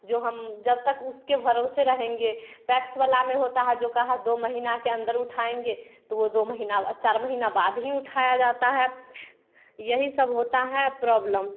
जो हम जब तक उसके भरोसे रहेंगे पैक्स वाला में होता है जो कहा दो महीना के अंदर उठाएंगे तो वो दो महीना चार महीना बाद ही उठाया जाता है यही सब होता है प्रॉब्लम